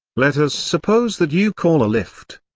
let us suppose that you call a lift.